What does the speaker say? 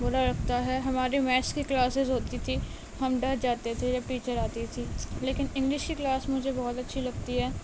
برا لگتا ہے ہماری میتھس کی کلاسز ہوتی تھی ہم ڈر جاتے تھے جب ٹیچر آتی تھی لیکن انگلش کی کلاس مجھے بہت اچھی لگتی ہے